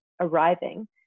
arriving